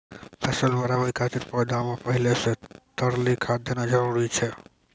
फसल बढ़ाबै खातिर पौधा मे पहिले से तरली खाद देना जरूरी छै?